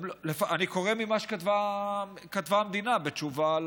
אני קורא ממה שכתבה המדינה בתשובה על